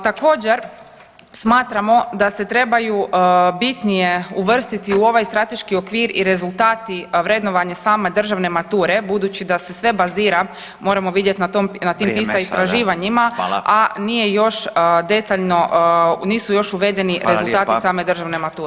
Također smatramo da se trebaju bitnije uvrstiti u ovaj strateški okvir i rezultati vrednovanje same državne mature budući da se sve bazira, moramo vidjet na tom, na tim PISA istraživanjima, a nije još detaljno, nisu još uvedeni rezultati same državne mature.